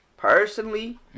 Personally